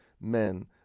men